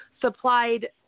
supplied